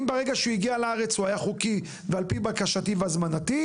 אם ברגע שהוא הגיע לארץ הוא היה חוקי ועל פי בקשתי והזמנתי,